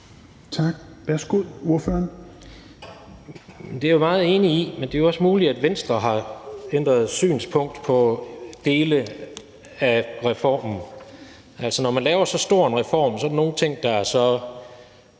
16:29 Jens Rohde (KD): Det er jeg meget enig i, men det er jo også muligt, at Venstre har ændret synspunkt på dele af reformen. Altså, når man laver så stor en reform, er der nogle ting, der er gode,